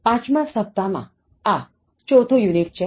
પાંચમાં સપ્તાહ માં આ ચોથું યુનિટ છે